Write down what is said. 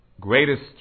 greatest